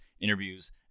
interviews